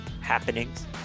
happenings